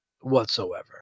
whatsoever